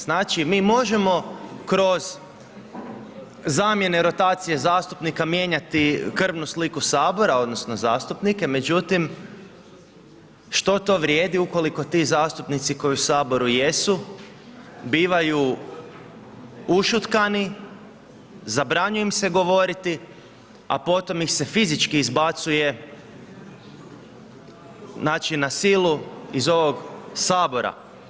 Znači mi možemo kroz zamijene, rotacije zastupnika mijenjati krvnu sliku Sabora odnosno zastupnike, međutim što to vrijedi ukoliko ti zastupnici koji u Saboru jesu, bivaju ušutkani, zabranjuje im se govoriti, a potom ih se fizički izbacuje, znači na silu iz ovog Sabora.